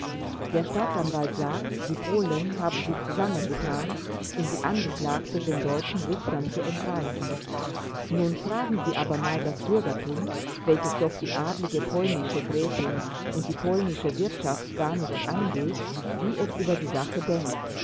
der staatsanwalt sagt die polen haben sich zusammengetan um die angeklagte den deutschen richtern zu entreißen nun fragen sie aber mal das bürgertum welches doch die adlige polnische sche gräfin und die polnische wirtschaft gar nichts angeht wie es über die sache denkt